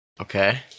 Okay